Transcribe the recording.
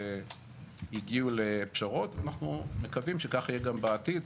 הגיעו לפשרות ואנחנו מקווים שכך יהיה גם בעתיד.